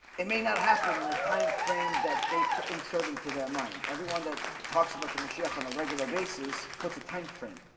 it may not happen in a time frame that they put insert into their mind everyone that talks about the messiah hanalei bases puts a time frame,